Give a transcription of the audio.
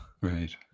Right